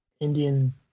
indian